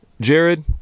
Jared